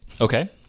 Okay